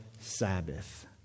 Sabbath